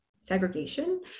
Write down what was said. segregation